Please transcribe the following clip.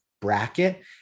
bracket